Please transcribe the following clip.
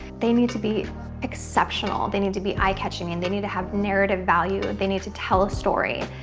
they need to be exceptional. they need to be eye-catching and i mean they need to have narrative value. they need to tell a story.